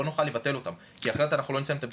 נוכל לבטל אותם כי אחרת לא נסיים את הבדיקות.